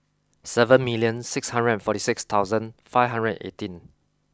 seven million six hundred and forty six thousand five hundred and eighteen